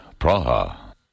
Praha